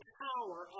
power